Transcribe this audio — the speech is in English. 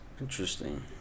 Interesting